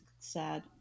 Sad